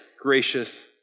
gracious